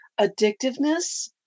addictiveness